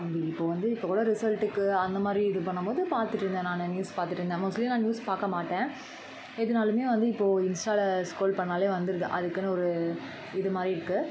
அப்படி இப்போ வந்து இப்போக்கூட ரிசல்ட்டுக்கு அந்தமாதிரி இது பண்ணும் போது பார்த்துட்டு இருந்தேன் நான் நியூஸ் பார்த்துட்டு இருந்தேன் மோஸ்ட்லி நான் நியூஸ் பார்க்கமாட்டேன் எதுன்னாலுமே வந்து இப்போது இன்ஸ்டாவில ஸ்க்ரோல் பண்ணாலே வந்துடுது அதுக்குன்னு ஒரு இதுமாதிரி இருக்குது